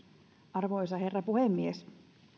arvoisa herra puhemies